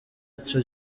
ico